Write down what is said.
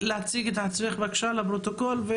דרום, בבקשה.